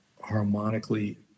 harmonically